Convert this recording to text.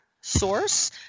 source